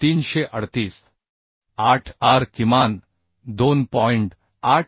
8 r किमान 2